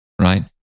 right